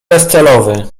bezcelowy